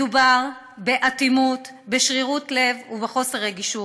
מדובר באטימות, בשרירות לב ובחוסר רגישות.